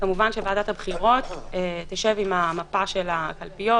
כמובן שוועדת הבחירות תשב עם המפה של הקלפיות